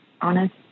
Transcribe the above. honest